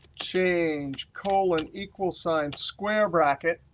change, colon, equals sign, square bracket,